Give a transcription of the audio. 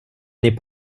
n’est